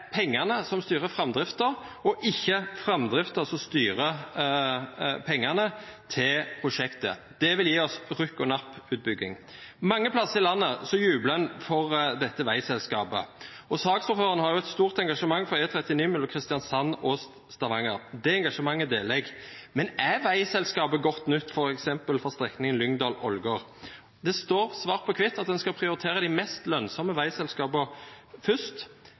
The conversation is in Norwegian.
pengene som styrer framdriften, og ikke framdriften som styrer pengene til prosjektet. Det vil gi oss rykk-og-napp-utbygging. Mange plasser i landet jubler en for dette veiselskapet. Saksordføreren har et stort engasjement for E39 mellom Kristiansand og Stavanger. Det engasjementet deler jeg. Men er veiselskapet godt nytt f.eks. for strekningen Lyngdal–Ålgård? Det står svart på hvitt at en skal prioritere de mest lønnsomme veistrekningene først.